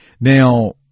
Now